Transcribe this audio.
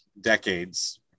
decades